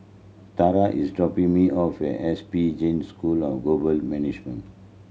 Tarah is dropping me off at S P Jain School of Global Management